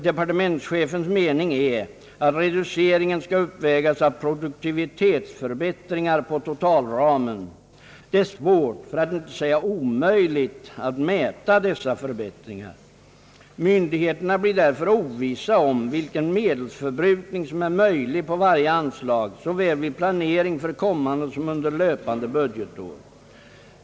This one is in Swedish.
Departementschefens mening är att reduceringen skall uppvägas av produktivitetsförbättringar på totalramen. Det är svårt — för att inte säga omöjligt — att mäta dessa förbättringar. Myndigheterna blir därför ovissa om vilken medelsförbrukning som är möjlig på varje anslag såväl vid planering för kommande som under löpande budgetår.